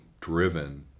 driven